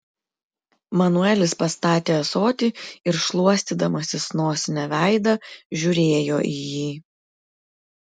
manuelis pastatė ąsotį ir šluostydamasis nosine veidą žiūrėjo į jį